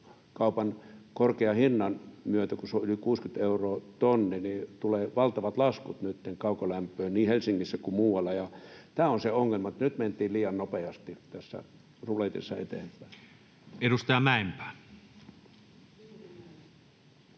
päästökaupan korkean hinnan myötä, kun se on yli 60 euroa tonnilta, tulee nytten valtavat laskut kaukolämpöön niin Helsingissä kuin muuallakin. Tämä on se ongelma, että nyt mentiin liian nopeasti tässä ruletissa eteenpäin. Edustaja Mäenpää.